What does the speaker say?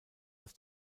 aus